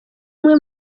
bamwe